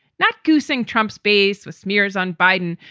not goosing trump's base with smears on biden,